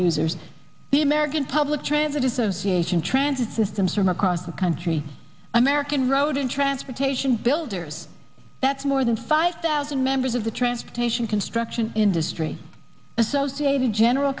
users the american public transit association transit systems from across the country american road and transportation builders that's more than five thousand members of the transportation construction industry associated general